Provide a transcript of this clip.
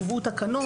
הובאו תקנות.